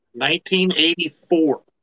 1984